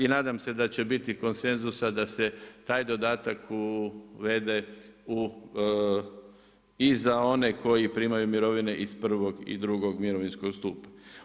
I nadam se da će biti konsenzusa da se taj dodatak uvede i za one koji primaju mirovine iz prvog i drugog mirovinskog stupa.